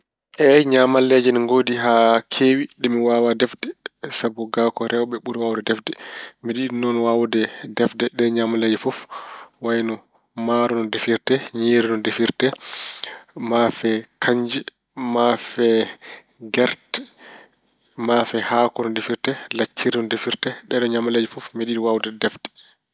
Eey ñaamalleeji ne ngoodi haa keewi ɗe mi waawaa defte. Sabu ga, ko rewɓe ɓuri waawde defte. Mbeɗe yiɗi noon waawde defte ɗeen ñaamalleeji fof, wayno maaro no defirte, ñiiri no defirte, maafe kanje, maafe gerte, maafe haako no defirte, lacciri no defirte. Ɗeeɗoo ñaamalleeji fof mbeɗe yiɗi waawde defde.